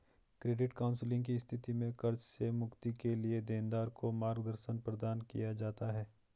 credit counselling की स्थिति में कर्ज से मुक्ति के लिए देनदार को मार्गदर्शन प्रदान किया जाता है